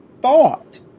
thought